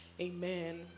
Amen